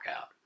out